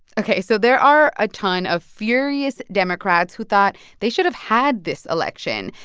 ok, so there are a ton of furious democrats who thought they should have had this election.